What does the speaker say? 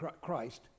Christ